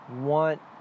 want